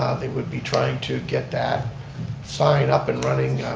they would be trying to get that sign up and running.